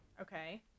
Okay